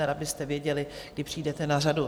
Abyste věděli, kdy přijdete na řadu.